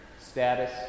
status